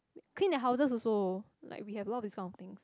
clean their houses also like we have a lot of this kind of things